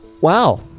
Wow